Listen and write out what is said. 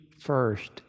first